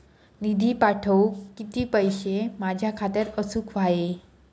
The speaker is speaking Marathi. निधी पाठवुक किती पैशे माझ्या खात्यात असुक व्हाये?